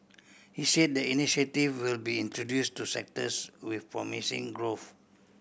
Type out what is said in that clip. he said the initiative will be introduced to sectors with promising growth